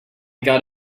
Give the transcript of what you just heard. got